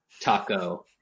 taco